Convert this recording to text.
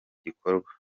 gikorwa